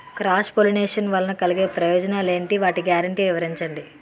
Cross pollination వలన కలిగే ప్రయోజనాలు ఎంటి? వాటి గ్యారంటీ వివరించండి?